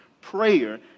prayer